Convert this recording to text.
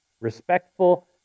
respectful